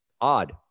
odd